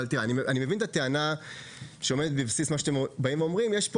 אני מבין את הטענה שעומדת בבסיס מה שאתם באים ואומרים: יש פה